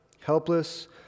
helpless